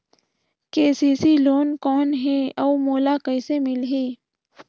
KCC loan कौन हे अउ मोला कइसे मिलही?